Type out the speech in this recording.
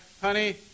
Honey